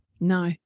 no